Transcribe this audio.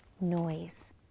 noise